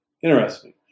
interesting